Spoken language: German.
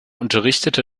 unterrichtete